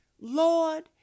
Lord